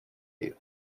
you